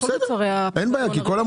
בכל מוצרי הפיקדון --- בכל המוצרים,